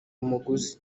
umuguzi